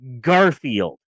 Garfield